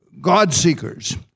God-seekers